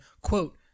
quote